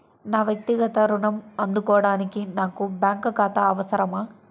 నా వక్తిగత ఋణం అందుకోడానికి నాకు బ్యాంక్ ఖాతా అవసరమా?